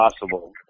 possible